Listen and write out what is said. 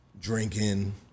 drinking